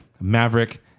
Maverick